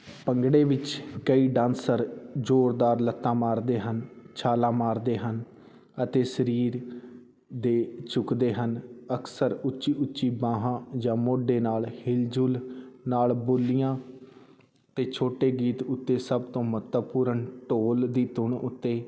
ਭੰਗੜੇ ਵਿੱਚ ਕਈ ਡਾਂਸਰ ਜ਼ੋਰਦਾਰ ਲੱਤਾਂ ਮਾਰਦੇ ਹਨ ਛਾਲਾਂ ਮਾਰਦੇ ਹਨ ਅਤੇ ਸਰੀਰ ਦੇ ਚੁੱਕਦੇ ਹਨ ਅਕਸਰ ਉੱਚੀ ਉੱਚੀ ਬਾਹਾਂ ਜਾਂ ਮੋਢੇ ਨਾਲ ਹਿਲਜੁਲ ਨਾਲ ਬੋਲੀਆਂ ਅਤੇ ਛੋਟੇ ਗੀਤ ਉੱਤੇ ਸਭ ਤੋਂ ਮਹੱਤਵਪੂਰਨ ਢੋਲ ਦੀ ਧੁਨ ਉੱਤੇ